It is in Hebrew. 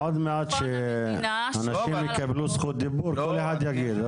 עוד מעט אנשים יקבלו זכות דיבור וכל אחד יגיב.